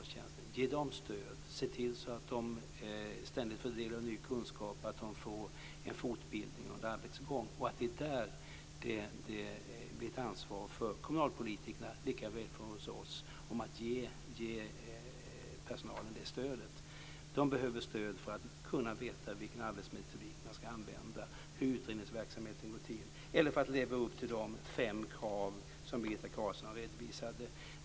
Det gäller att ge dem stöd och att se till att de ständigt får del av ny kunskap och får en fortbildning under arbetets gång. Det blir ett ansvar för kommunalpolitikerna likaväl som för oss att ge personalen det stödet. Den behöver stöd för att kunna veta vilken arbetsmetodik den ska använda och hur utredningsverksamheten ska gå till liksom för att leva upp till de fem krav som Birgitta Carlsson redovisade.